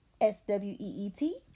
S-W-E-E-T